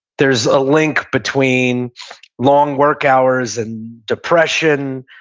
there's a link between long work hours and depression,